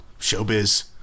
showbiz